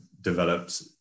developed